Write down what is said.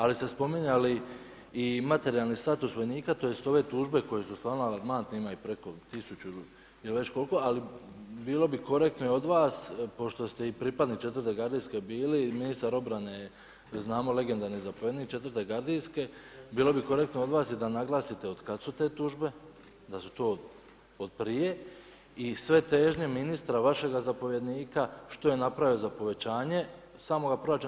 Ali ste spominjali i materijalni status vojnika tj. ove tužbe koje su stvarno alarmantne ima ih preko tisuću i već koliko, ali bilo bi korektno i od vas pošto ste i pripadnik 4. gardijske bili i ministar obrane, znamo legendarni zapovjednik 4. gardijske, bilo bi korektno od vas da naglasite od kada su te tužbe, da su to od prije i sve težnje ministra vašega zapovjednika što je napravio za povećanje samoga proračuna.